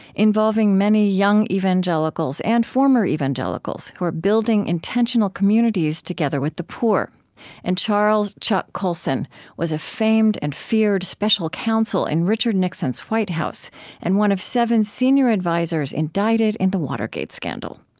involving many young evangelicals and former evangelicals evangelicals who are building intentional communities together with the poor and charles chuck colson was a famed and feared special counsel in richard nixon's white house and one of seven senior advisors indicted in the watergate scandal.